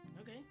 Okay